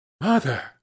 Mother